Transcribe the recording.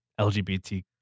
LGBT